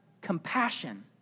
compassion